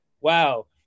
Wow